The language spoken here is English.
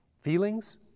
feelings